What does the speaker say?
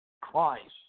Christ